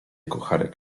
kucharek